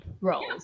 roles